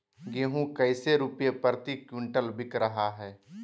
गेंहू कैसे रुपए प्रति क्विंटल बिक रहा है?